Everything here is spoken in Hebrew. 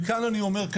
וכאן אני אומר,